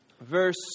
verse